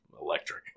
electric